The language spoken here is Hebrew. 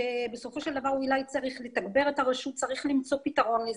שבסופו של דבר אולי צריך לתגבר את הרשות וצריך למצוא פתרון לזה.